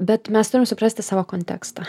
bet mes turim suprasti savo kontekstą